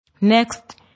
Next